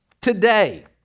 Today